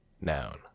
noun